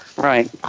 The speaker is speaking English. Right